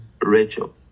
Rachel